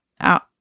out